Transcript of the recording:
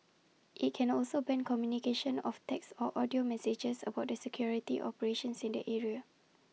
IT can also ban communication of text or audio messages about the security operations in the area